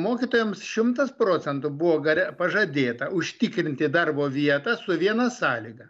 mokytojams šimtas procentų buvo gare pažadėta užtikrinti darbo vietą su viena sąlyga